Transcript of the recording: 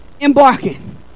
embarking